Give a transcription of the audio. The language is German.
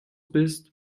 bist